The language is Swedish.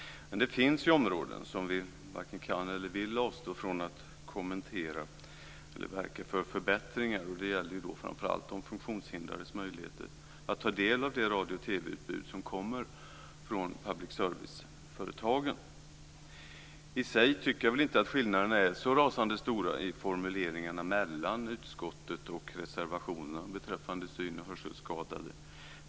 Men det finns ju områden som vi varken kan eller vill avstå från att kommentera eller där vi varken kan eller vill avstå från att verka för förbättringar. Det gäller framför allt de funktionshindrades möjligheter att ta del av det radio och TV-utbud som kommer från public service-företagen. Jag tycker i och för sig inte att skillnaderna är så rasande stora i formuleringarna mellan utskottsmajoritetens skrivning och reservationerna beträffande syn och hörselskadade.